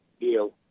deal